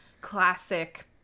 classic